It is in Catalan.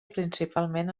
principalment